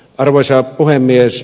arvoisa puhemies